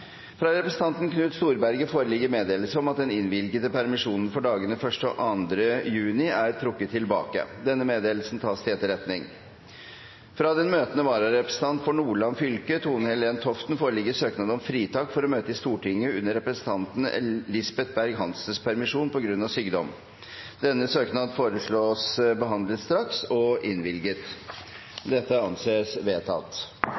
Fra representanten Knut Storberget foreligger meddelelse om at den innvilgede permisjonen for dagene 1. og 2. juni er trukket tilbake. – Denne meddelelse tas til etterretning. Fra den møtende vararepresentant for Nordland fylke, Tone-Helen Toften, foreligger søknad om fritak for å møte i Stortinget under representanten Lisbeth Berg-Hansens permisjon på grunn av sykdom. Denne søknad foreslås behandlet straks og innvilget. – Det anses vedtatt.